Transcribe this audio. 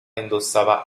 indossava